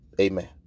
Amen